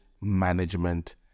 Management